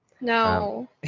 No